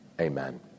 amen